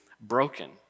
broken